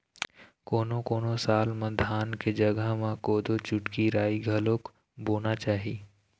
कोनों कोनों साल म धान के जघा म कोदो, कुटकी, राई घलोक बोना चाही